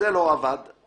זה לא עבד /